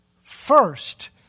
first